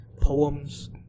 poems